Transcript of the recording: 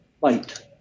light